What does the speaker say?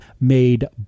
made